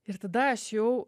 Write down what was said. ir tada aš jau